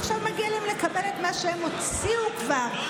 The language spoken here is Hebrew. ועכשיו מגיע להם לקבל את מה שהם הוציאו כבר.